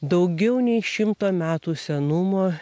daugiau nei šimto metų senumo